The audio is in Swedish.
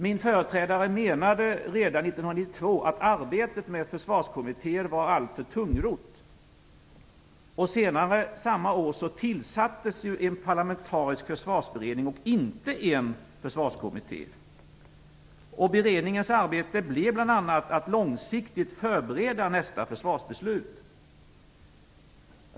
Min företrädare menade redan 1992 att arbetet med försvarskommittér var alltför tungrott. Senare samma år tillsattes en parlamentarisk försvarsberedning och inte en försvarskommitté. Beredningens arbete blev bl.a. att långsiktigt förbereda nästa försvarsbeslut.